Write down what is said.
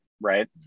right